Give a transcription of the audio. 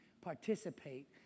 Participate